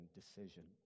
decision